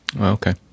Okay